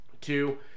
Two